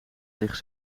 ligt